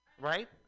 Right